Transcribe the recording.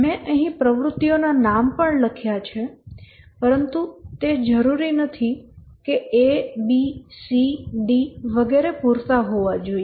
મેં અહીં પ્રવૃત્તિઓના નામ પણ લખ્યા છે પરંતુ તે જરૂરી નથી કે A B C D વગેરે પૂરતા હોવા જોઈએ